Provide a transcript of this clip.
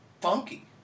funky